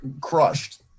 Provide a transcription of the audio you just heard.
crushed